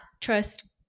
trust